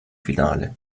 finale